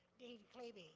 dean klebe,